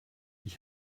ich